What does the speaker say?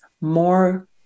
more